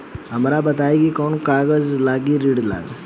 हमरा बताई कि कौन कागज लागी ऋण ला?